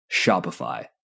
Shopify